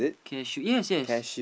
CareShield yes yes